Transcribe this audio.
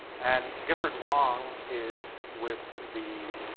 and gifford wong is with the